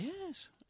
Yes